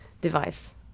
device